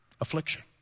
Affliction